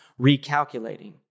recalculating